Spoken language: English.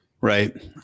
right